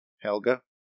Helga